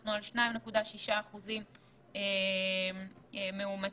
אנחנו על 2.6% מאומתים.